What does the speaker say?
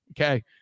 Okay